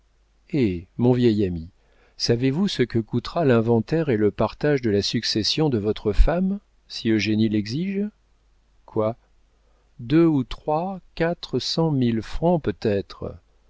eh mon vieil ami savez-vous ce que coûteront l'inventaire et le partage de la succession de votre femme si eugénie l'exige quoi deux ou trois quatre cent mille francs peut-être